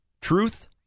Truth